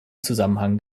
zusammenhang